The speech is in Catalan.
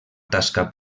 tasca